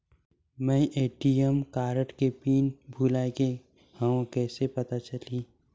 मैं ATM card के pin भुलाए गे हववं कइसे पता चलही?